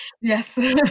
Yes